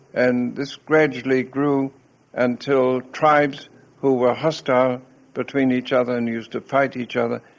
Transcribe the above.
and this gradually grew until tribes who were hostile between each other and used to fight each other,